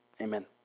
amen